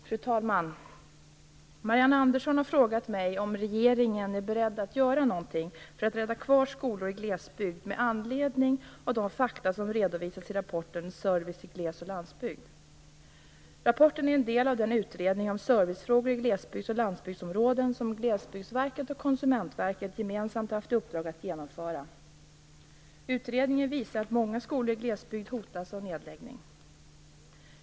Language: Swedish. Fru talman! Marianne Andersson har frågat mig om regeringen är beredd att göra någonting för att rädda kvar skolor i glesbygd med anledning av de fakta som redovisas i rapporten Service i gles och landsbygd. Rapporten är en del av den utredning om servicefrågor i glesbygds och landsbygdsområden som Glesbygdsverket och Konsumentverket gemensamt har haft i uppdrag att genomföra. Utredningen visar att många skolor i glesbygd hotas av nedläggning.